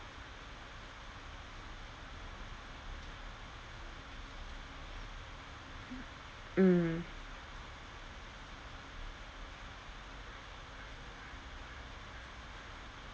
mm